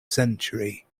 century